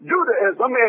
Judaism